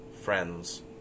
friends